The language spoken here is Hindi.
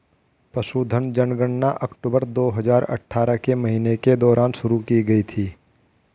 पशुधन जनगणना अक्टूबर दो हजार अठारह के महीने के दौरान शुरू की गई थी